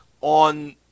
on